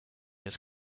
his